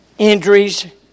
Injuries